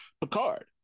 Picard